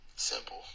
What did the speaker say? simple